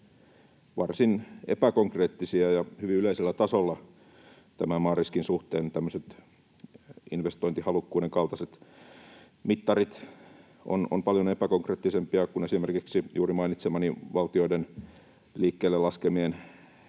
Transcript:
varsin epäkonkreettisia ja hyvin yleisellä tasolla tämän maariskin suhteen. Tämmöiset investointihalukkuuden kaltaiset mittarit ovat paljon epäkonkreettisempia kuin esimerkiksi juuri mainitsemani valtioiden liikkeelle laskemien